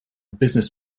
business